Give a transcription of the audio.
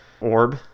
orb